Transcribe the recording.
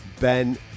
Ben